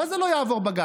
מה זה לא יעבור בג"ץ?